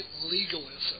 legalism